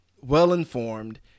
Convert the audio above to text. well-informed